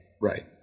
Right